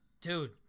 Dude